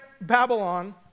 Babylon